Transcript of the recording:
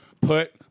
put